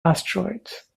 asteroids